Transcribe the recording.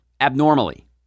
abnormally